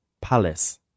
Palace